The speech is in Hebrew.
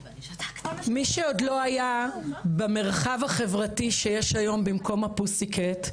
מי שעוד לא היה במרחב החברתי שיש היום במקום הפוסיקט,